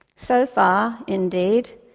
so far, indeed,